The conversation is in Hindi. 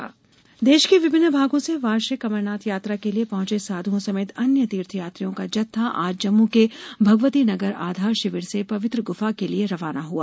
अमरनाथ यात्रा देश के विभिन्न भागों से वार्षिक अमरनाथ यात्रा के लिये पहुंचे साधुओं समेत अन्य तीर्थयात्रियों का जत्था आज जम्मू के भगवती नगर आधार शिविर से पवित्र गुफा के लिये रवाना हुआ